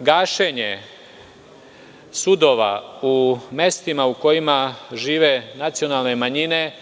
gašenje sudova u mestima u kojima žive nacionalne manjine